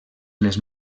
les